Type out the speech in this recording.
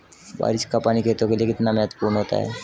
बारिश का पानी खेतों के लिये कितना महत्वपूर्ण होता है?